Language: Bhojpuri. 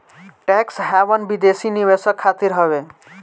टेक्स हैवन विदेशी निवेशक खातिर हवे